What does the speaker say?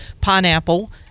pineapple